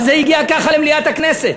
וזה הגיע ככה למליאת הכנסת,